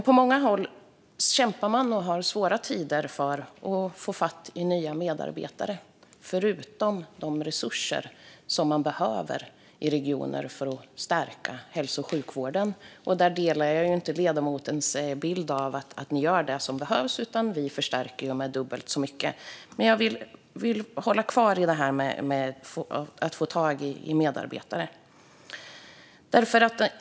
På många håll kämpar man och har svårt att få tag i nya medarbetare. Till detta kan läggas utmaningar när det gäller de resurser som regionerna behöver för att stärka hälso och sjukvården. Jag håller inte med ledamoten om att man gör det som behövs. Vi förstärker ju med dubbelt så mycket. Jag vill stanna kvar vid detta med att få tag i medarbetare.